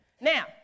Now